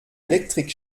elektrik